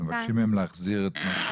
החמרה במצב.